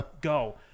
go